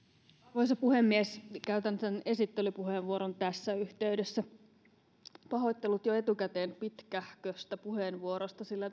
arvoisa puhemies käytän tämän esittelypuheenvuoron tässä yhteydessä pahoittelut jo etukäteen pitkähköstä puheenvuorosta sillä